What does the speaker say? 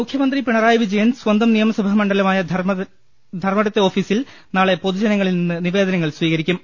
മുഖ്യമന്ത്രി പിണറായി വിജയൻ സ്വന്തം നിയമസഭാ മണ്ഡലമായ ധർമ്മടത്തെ ഓഫീസിൽ നാളെ പൊതുജന ങ്ങളിൽ നിന്ന് നിവേദനങ്ങൾ സ്വീകരിക്കും